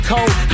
Cold